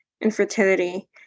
Infertility